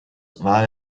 war